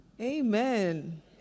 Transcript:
Amen